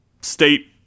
state